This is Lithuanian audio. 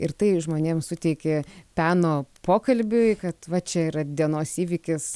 ir tai žmonėms suteiki peno pokalbiui kad va čia yra dienos įvykis